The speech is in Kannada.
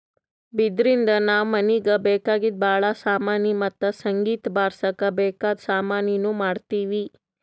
ಬಿದಿರಿನ್ದ ನಾವ್ ಮನೀಗ್ ಬೇಕಾದ್ ಭಾಳ್ ಸಾಮಾನಿ ಮತ್ತ್ ಸಂಗೀತ್ ಬಾರ್ಸಕ್ ಬೇಕಾದ್ ಸಾಮಾನಿನೂ ಮಾಡ್ತೀವಿ